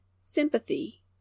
Sympathy